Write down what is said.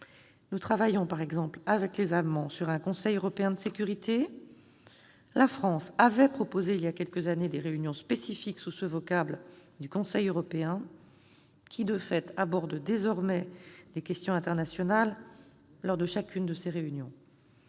Nous travaillons par exemple avec les Allemands sur un conseil européen de sécurité. La France avait proposé il y a quelques années des réunions spécifiques sous ce vocable du Conseil européen, qui, de fait, aborde désormais des questions internationales lors de chacune de ses réunions.